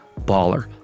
baller